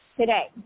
today